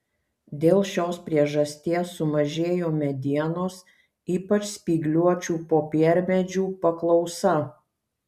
dėl šios priežasties sumažėjo medienos ypač spygliuočių popiermedžių paklausa